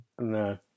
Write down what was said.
No